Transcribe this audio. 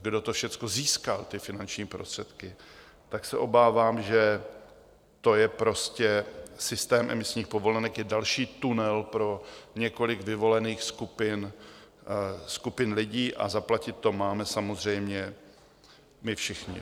kdo všechno získal finanční prostředky, tak se obávám, že prostě systém emisních povolenek je další tunel pro několik vyvolených skupin, skupin lidí, a zaplatit to máme samozřejmě my všichni.